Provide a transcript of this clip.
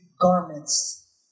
garments